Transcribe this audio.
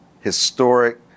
historic